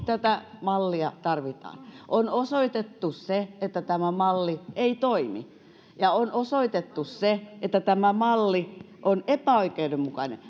tätä mallia tarvitaan on osoitettu se että tämä malli ei toimi ja on osoitettu se että tämä malli on epäoikeudenmukainen